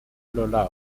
laurent